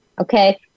Okay